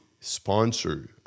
sponsor